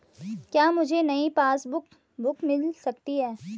क्या मुझे नयी पासबुक बुक मिल सकती है?